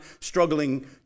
struggling